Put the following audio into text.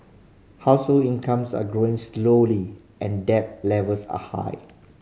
household incomes are growing slowly and debt levels are high